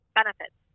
benefits